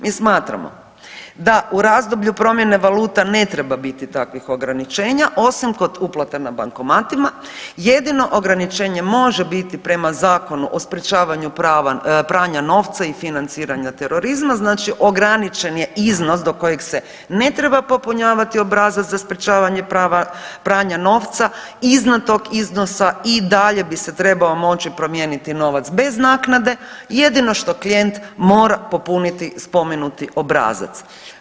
Mi smatramo da u razdoblju promjene valuta ne treba biti takvih ograničenja osim kod uplata na bankomatima, jedino ograničenje može biti prema Zakonu o sprječavanju pranja novca i financiranja terorizma znači ograničen je iznos do kojeg se ne treba popunjavati obrazac za sprječavanje pranja novca iznad tog iznosa, i dalje bi se trebao moći promijeniti novac bez naknade, jedino što klijent mora popuniti spomenuti obrazac.